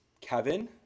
Kevin